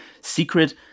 secret